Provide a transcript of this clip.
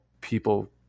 people